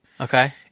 okay